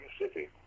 Mississippi